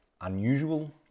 unusual